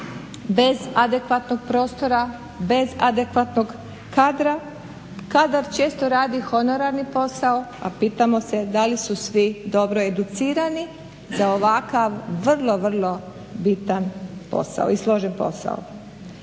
bez adekvatnog prostora, bez adekvatnog kadra. Kadar često radi honorarni posao, a pitamo se da li su svi dobro educirani za ovakav vrlo, vrlo bitan posao i složen posao.